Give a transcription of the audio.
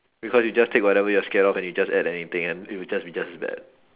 because you just take whatever you're scared of and you just add anything and it will just be just bad